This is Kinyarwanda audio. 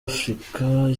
africa